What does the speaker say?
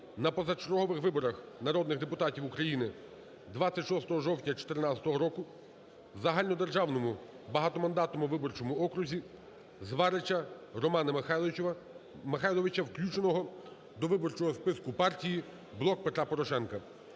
на позачергових виборах народних депутатів України 26 жовтня 14-го року в загальнодержавному багатомандатному виборчому окрузі Зварича Романа Михайловича, включеного до виборчого списку Партії "Блок Петра Порошенка".